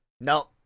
No